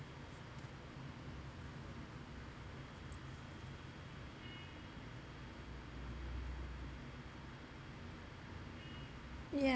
yeah